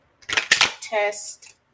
test